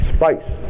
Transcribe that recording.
Spice